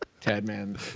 Tadman